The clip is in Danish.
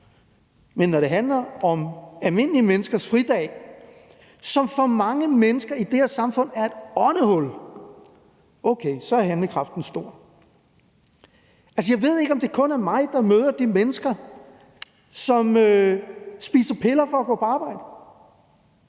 Men når det handler om almindelige menneskers fridag, som for mange mennesker i det her samfund er et åndehul, okay, så er handlekraften stor. Altså, jeg ved ikke, om det kun er mig, der møder de mennesker, som spiser piller for at gå på arbejde.